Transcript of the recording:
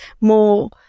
more